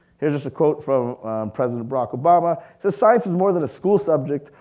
here's just a quote from president barack obama. says, science is more than a school subject,